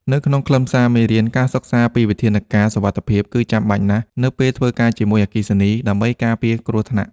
នៅក្នុងខ្លឹមសារមេរៀនការសិក្សាពីវិធានការសុវត្ថិភាពគឺចាំបាច់ណាស់ នៅពេលធ្វើការជាមួយអគ្គិសនី ដើម្បីការពារគ្រោះថ្នាក់។